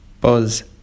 Buzz